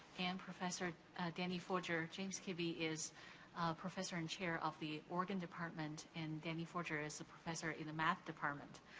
and professor danny forger. james kibbie is professor and chair of the organ department and danny forger is a professor in the math department.